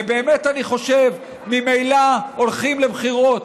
ובאמת, אני חושב, ממילא הולכים לבחירות.